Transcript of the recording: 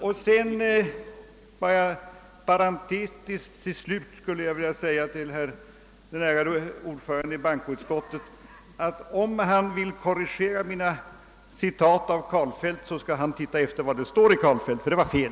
Till slut skulle jag parentetiskt vilja säga den ärade ordföranden i bankoutskottet att, om han vill korrigera mina citat av Karlfeldt, bör han se efter vad Karlfeldt skrivit, ty det han sade var fel.